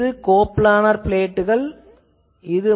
இது coplanar பிளேட்கள் ஆகும்